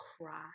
cry